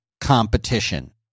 competition